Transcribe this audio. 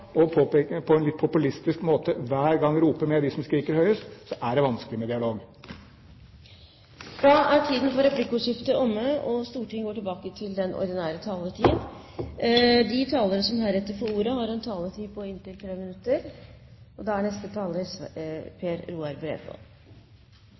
og på en litt populistisk måte hver gang rope med dem som skriker høyest, er det vanskelig med dialog. Replikkordskiftet er omme. De talere som heretter får ordet, har en taletid på inntil 3 minutter.